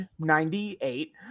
98